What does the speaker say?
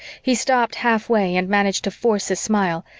he stopped halfway and managed to force a smile,